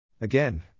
Again